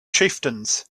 chieftains